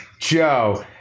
Joe